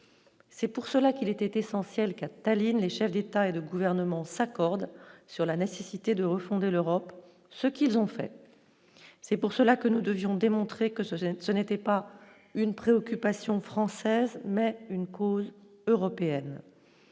c'est pour cela qu'il était essentiel Katalin les chefs d'État et de gouvernement s'accordent sur la nécessité de refonder l'Europe ce qu'ils ont fait, c'est pour cela que nous devions démontrer que ça gêne, ce n'était pas une préoccupation française mais une cause européenne